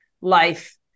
life